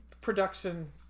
production